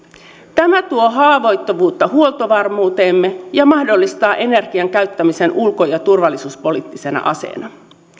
tämä tuo haavoittuvuutta huoltovarmuuteemme ja mahdollistaa energian käyttämisen ulko ja turvallisuuspoliittisena aseena